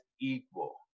equal